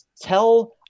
tell